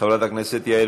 חברת הכנסת יעל